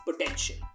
potential